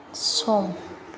सम